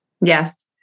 Yes